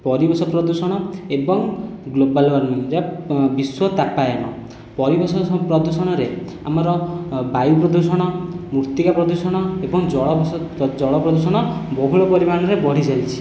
ପରିବେଶ ପ୍ରଦୂଷଣ ଏବଂ ଗ୍ଲୋବାଲୱାର୍ମିଂ ବା ବିଶ୍ଵତାପାୟନ ପରିବେଶ ପ୍ରଦୂଷଣରେ ଆମର ବାୟୁ ପ୍ରଦୂଷଣ ମୃତ୍ତିକା ପ୍ରଦୂଷଣ ଏବଂ ଜଳ ଜଳ ପ୍ରଦୂଷଣ ବହୁଳ ପରିମାଣରେ ବଢ଼ିଯାଇଛି